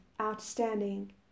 outstanding